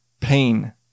pain